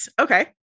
Okay